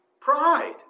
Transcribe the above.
pride